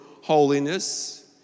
holiness